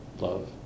love